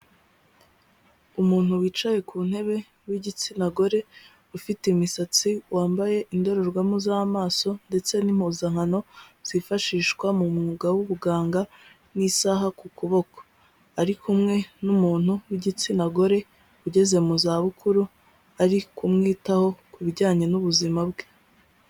Umuntu wicaye ku ntebe w'igitsina gore, ufite imisatsi, wambaye indorerwamo z'amaso, ndetse n'impuzankano zifashishwa mu mwuga w'ubuganga, n'isaha ku kuboko, ari kumwe n'umuntu w'igitsina gore, ugeze mu zabukuru, ari kumwitaho kubijyanye n'ubuzima bwe.